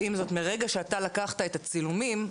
מרגע שלקחת את הצילומים,